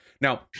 now